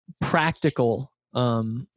practical